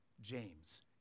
James